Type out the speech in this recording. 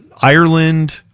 Ireland